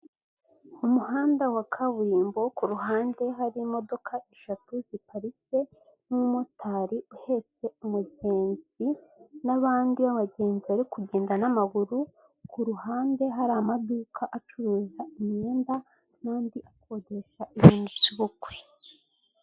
Umuhanda wa kaburimbo ku ruhande hari imodoka eshatu ziparitse n'umumotari uhetse umugenzi, n'abandi b'abagenzi bari kugenda n'amaguru, ku ruhande hari amaduka acuruza imyenda n'andi akodesha ibintu by'ubukwe.